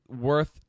worth